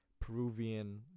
Peruvian